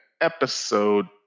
episode